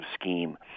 scheme